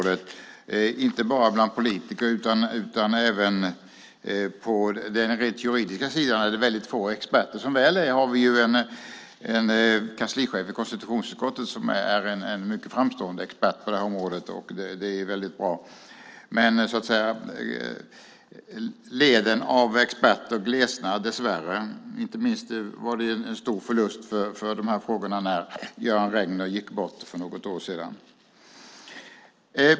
Det gäller inte bara bland politiker, utan det finns väldigt få experter även på den rent juridiska sidan. Som väl är har vi ju en kanslichef i konstitutionsutskottet som är en mycket framstående expert på det här området, och det är ju väldigt bra. Men leden av experter glesnar dessvärre. Inte minst var det en stor förlust för de här frågorna när Göran Regner gick bort för något år sedan.